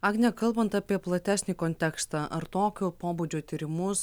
agne kalbant apie platesnį kontekstą ar tokio pobūdžio tyrimus